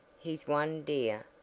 his one dear,